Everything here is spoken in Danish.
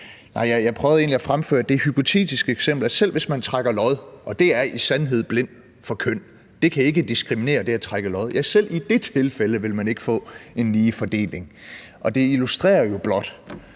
egentlig at fremføre det hypotetiske eksempel, at selv hvis man trækker lod – og det er i sandhed blindt for køn; der kan ikke diskrimineres ved at trække lod – ville man ikke få en lige fordeling. Og det illustrerer jo blot,